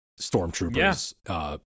stormtroopers